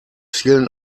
vielen